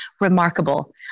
remarkable